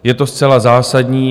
Je to zcela zásadní.